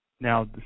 Now